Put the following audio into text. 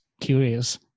curious